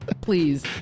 please